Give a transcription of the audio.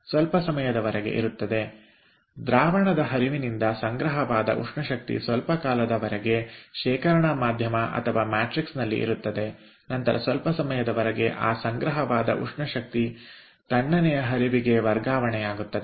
ಸ್ವಲ್ಪ ಸಮಯದವರೆಗೆ ಇರುತ್ತದೆ ದ್ರಾವಣದ ಹರಿವಿನಿಂದ ಸಂಗ್ರಹವಾದ ಉಷ್ಣಶಕ್ತಿ ಸ್ವಲ್ಪ ಕಾಲದವರೆಗೆ ಶೇಖರಣಾ ಮಾಧ್ಯಮ ಅಥವಾ ಮ್ಯಾಟ್ರಿಕ್ಸ್ನಲ್ಲಿ ಇರುತ್ತದೆ ನಂತರ ಸ್ವಲ್ಪ ಸಮಯದವರೆಗೆ ಆ ಸಂಗ್ರಹವಾದ ಉಷ್ಣಶಕ್ತಿ ತಣ್ಣನೆಯ ಹರಿವಿಗೆ ವರ್ಗಾವಣೆಯಾಗುತ್ತದೆ